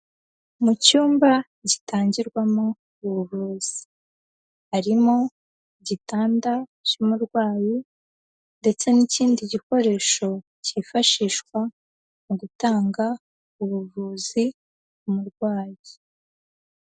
Mu cyumba gitangirwamo ubuvuzi, harimo igitanda cy'umurwayi ndetse n'ikindi gikoresho cyifashishwa mu gutanga ubuvuzi ku murwayi.